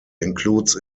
includes